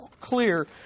clear